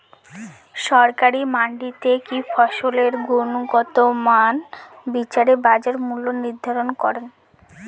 সরকারি মান্ডিতে কি ফসলের গুনগতমান বিচারে বাজার মূল্য নির্ধারণ করেন?